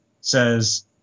says